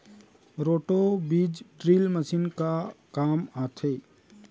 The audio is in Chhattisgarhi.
रोटो बीज ड्रिल मशीन का काम आथे?